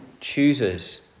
chooses